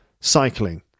cycling